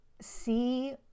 see